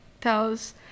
tells